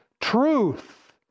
truth